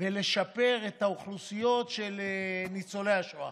ולשפר עבור האוכלוסיות של ניצולי השואה.